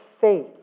faith